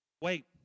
Wait